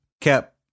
kept